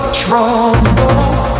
troubles